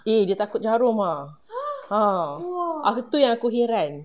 eh dia takut jarum ah aku tu yang aku hairan